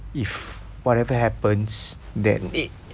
if whatever happens that aid